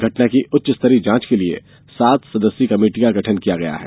घटना की उच्चस्तरीय जांच के लिए सात सदस्यीय कमेटी का गठन किया गया है